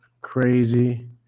crazy